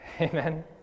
Amen